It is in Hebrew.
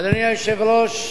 אדוני היושב-ראש,